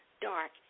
dark